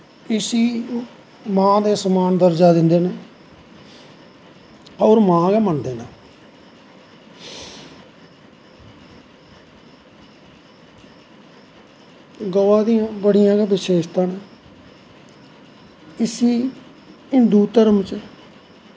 इसी मां दे समान दर्जा दिंदे न और मां गै मनदे न गवा दियां बड़ियां विशेशतां न इसी हिन्दू धर्म च